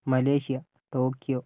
Malaysia Tokyo